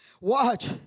Watch